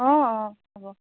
অ' অ' হ'ব